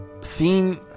seen